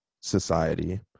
society